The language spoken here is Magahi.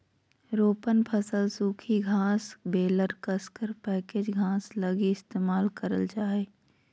रोपण फसल सूखी घास बेलर कसकर पैकेज घास लगी इस्तेमाल करल जा हइ